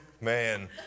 man